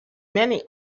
many